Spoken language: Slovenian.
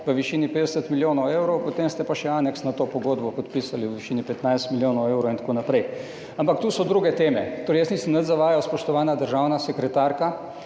v višini 50 milijonov evrov, potem ste pa še aneks na to pogodbo podpisali v višini 15 milijonov evrov in tako naprej. Ampak to so druge teme. Torej, jaz nisem nič zavajal, spoštovana državna sekretarka.